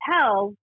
tell